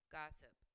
gossip